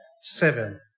Seven